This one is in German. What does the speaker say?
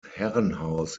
herrenhaus